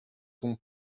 ton